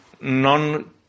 non